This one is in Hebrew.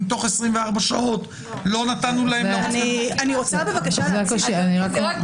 אם בתוך 24 שעות לא נתנו להם --- זה תחילת החקירה.